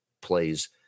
plays